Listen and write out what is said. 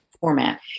format